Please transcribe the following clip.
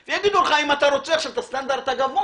ויגידו לך אם אתה רוצה עכשיו את הסטנדרט הגבוה,